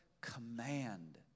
command